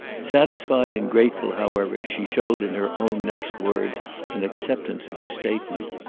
satisfied and grateful, however, she showed in her own next words an acceptance of his statement.